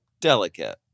delicate